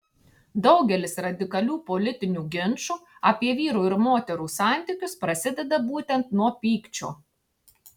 daugelis radikalių politinių ginčų apie vyrų ir moterų santykius prasideda būtent nuo pykčio